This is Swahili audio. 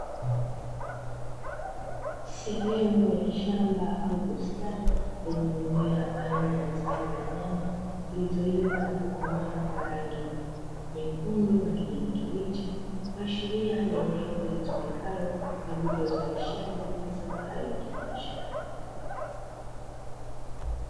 Sehemu ya shamba au bustani yenye mimea aina ya zao ya nyanya zilizoiva na kukomaa kwa rangi nyekundu na kijani kibichi, kuashiria ni eneo litumikalo kwajili ya uzalishaji wa mazao hayo ya kibiashara.